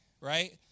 right